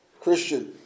Christian